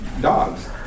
dogs